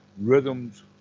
rhythms